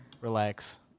Relax